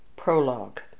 prologue